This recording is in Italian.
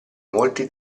molti